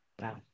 Wow